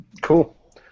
Cool